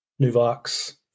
nuvox